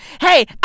Hey